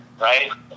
Right